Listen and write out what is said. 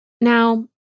Now